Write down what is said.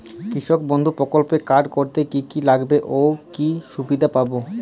কৃষক বন্ধু প্রকল্প কার্ড করতে কি কি লাগবে ও কি সুবিধা পাব?